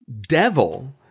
Devil